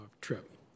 trip